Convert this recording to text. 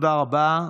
תודה רבה.